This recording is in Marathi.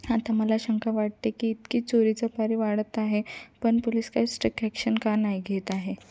आता मला शंका वाटते इतकी चोरी चपारी वाढत आहे पण पोलीस काही स्ट्रीक ॲक्शन का नाही घेत आहे